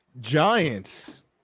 Giants